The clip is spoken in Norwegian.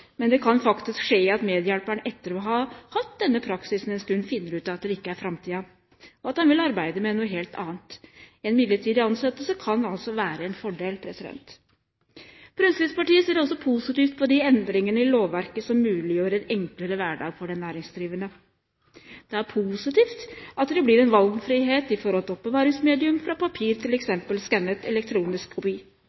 men velger å gjøre noe annet. Slik kan det også være her. Vi i Fremskrittspartiet mener at det er positivt å gi medhjelpere uten eksamen praksis og erfaring. Det kan faktisk skje at medhjelperen etter å ha hatt denne praksisen en stund finner ut at det ikke er framtiden, og at en vil arbeide med noe helt annet. En midlertidig ansettelse kan altså være en fordel. Fremskrittspartiet ser også positivt på de endringene i lovverket som muliggjør en enklere hverdag for den næringsdrivende.